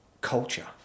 culture